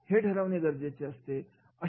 हे ठरवणे गरजेचे असते